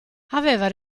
aveva